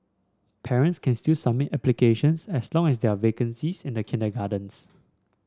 parents can still submit applications as long as there are vacancies in the kindergartens